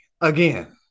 Again